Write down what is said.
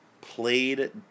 played